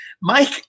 Mike